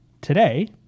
today